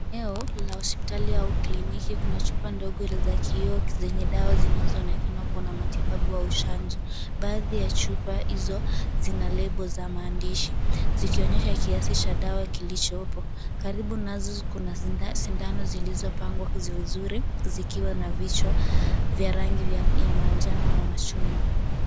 Eneo la hospitali au kliniki, kuna chupa ndogo za kioo zenye dawa zinazoonekana kuwa na matibabu au chanjo. Baadhi ya chupa hizo zina lebo za maandishi, zikionyesha kiasi cha dawa kilichopo, karibu nazo kuna sindano zilizopangwa vizuri, zikiwa na vichwa vya rangi ya manjano ama chungwa.